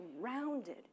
surrounded